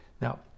Now